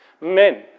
Men